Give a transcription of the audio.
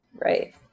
Right